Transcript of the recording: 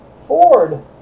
Ford